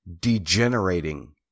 degenerating